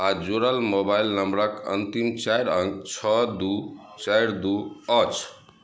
आ जुड़ल मोबाइल नंबरक अंतिम चारि अङ्क छओ दू चारि दू अछि